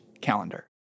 calendar